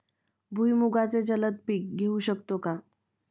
भुईमुगाचे जलद पीक घेऊ शकतो का?